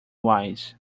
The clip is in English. wise